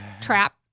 trap